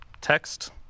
text